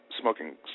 smoking